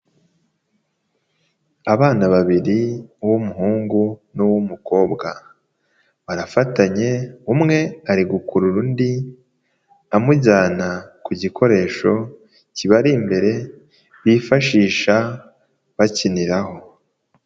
Abana babiri b'umuhungu nuw'umukobwa barafatanye umwe ari gukurura undi amujyana ku gikoresho kibari imbere bifashisha bakiniraho.